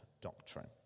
doctrine